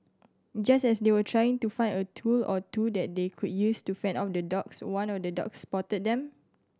just as they were trying to find a tool or two that they could use to fend off the dogs one of the dogs spotted them